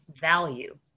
value